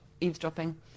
eavesdropping